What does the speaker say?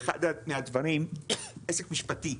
ואחד הדברים, עסק משפטי,